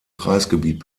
kreisgebiet